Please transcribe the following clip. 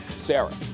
Sarah